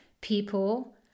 people